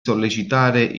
sollecitare